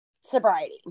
sobriety